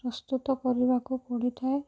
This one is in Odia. ପ୍ରସ୍ତୁତ କରିବାକୁ ପଡ଼ିଥାଏ